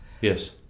Yes